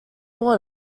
water